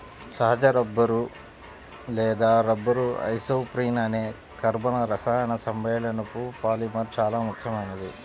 సహజ రబ్బరు లేదా రబ్బరు ఐసోప్రీన్ అనే కర్బన రసాయన సమ్మేళనపు పాలిమర్ చాలా ముఖ్యమైనది